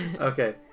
Okay